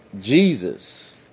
Jesus